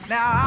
Now